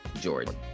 Jordan